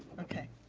okay,